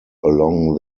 along